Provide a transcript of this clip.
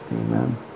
Amen